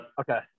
Okay